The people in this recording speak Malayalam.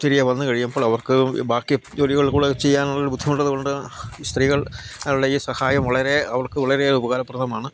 തിരികെ വന്നു കഴിയുമ്പോൾ അവർക്ക് ബാക്കി ജോലികൾക്ക് കൂടെ ചെയ്യാനുള്ള ഒരു ബുദ്ധിമുട്ട് അത് കൊണ്ട് സ്ത്രീകളുടെ ഈ സഹായം വളരെ അവർക്ക് വളരെ ഉപകാരപ്രദമാണ്